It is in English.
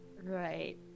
Right